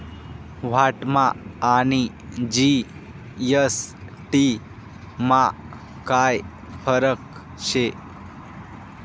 व्हॅटमा आणि जी.एस.टी मा काय फरक शे?